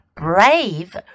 ,brave